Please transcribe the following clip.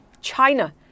China